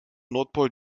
nordpol